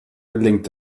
gelingt